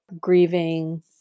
grieving